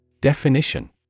Definition